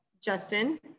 Justin